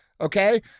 okay